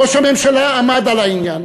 ראש הממשלה עמד על העניין.